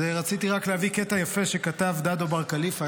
רציתי רק להביא קטע יפה שכתב דדו בר כליפא,